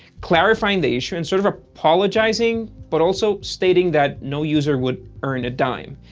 clarifying the issue and sort of apologizing but also stating that no user would earn a dime.